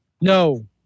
No